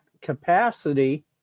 capacity